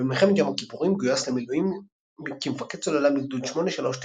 במלחמת יום הכיפורים גויס למילואים כמפקד סוללה בגדוד 839,